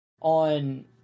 on